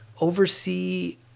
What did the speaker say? oversee